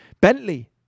Bentley